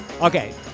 Okay